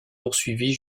poursuivi